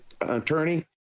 attorney